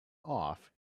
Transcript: off